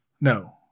no